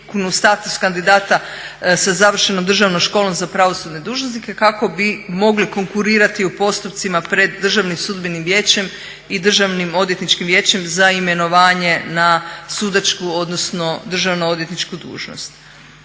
status kandidata sa završenom Državnom školom za pravosudne dužnosnike kako bi mogli konkurirati u postupcima pred DSV-om i Državnim odvjetničkim vijećem za imenovanje na sudačku odnosno državnoodvjetničku dužnost.